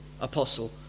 apostle